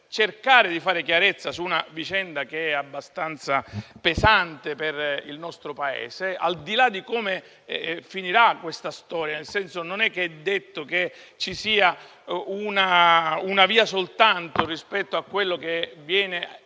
cercare di fare chiarezza su una vicenda che è abbastanza pesante per il nostro Paese, al di là di come finirà questa storia. Non è detto che ci sia una via soltanto rispetto a quello che viene